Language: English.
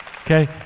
Okay